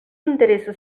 interessa